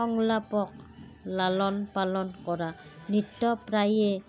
সংলাপক লালন পালন কৰা নৃত্য প্ৰায়ে